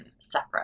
separate